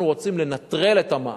אנחנו רוצים לנטרל את המע"מ.